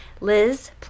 Liz